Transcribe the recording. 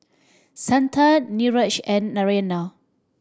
Santha Niraj and Narayana